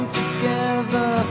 together